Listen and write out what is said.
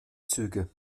züge